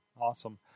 awesome